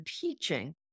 teaching